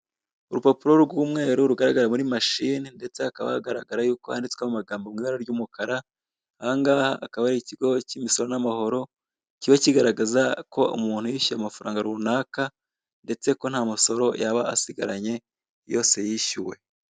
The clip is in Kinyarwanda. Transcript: Urupapuro rw'umweru rugaragara muri mashine ndetse hakaba hagaragara yuko handitsweho amagambo mu ibara ry'umukara, ahangaha akaba ar'ikigo k'imisoro n'amahoro kiba kigaragaza ko umuntu yishuye amafaranga runaka ndetse ko nta musoro yaba asigaranye yose yishyuwe.